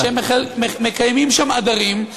שמקיימים שם עדרים,